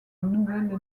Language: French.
nouvelle